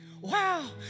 wow